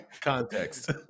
Context